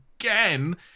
again